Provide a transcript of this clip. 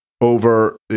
over